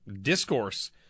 discourse